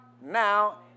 now